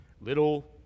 Little